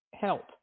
help